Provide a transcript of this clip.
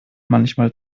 manchmal